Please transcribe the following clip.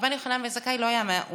רבן יוחנן בן זכאי לא היה מהאו"ם.